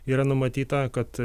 yra numatyta kad